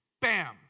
bam